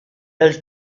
dal